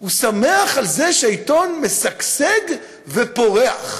הוא שמח על זה שהעיתון משגשג ופורח.